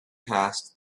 passed